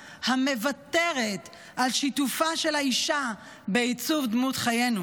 המוותרת על שיתופה של האישה בעיצוב דמות חיינו.